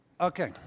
Okay